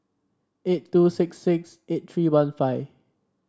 eight two six six eight three one five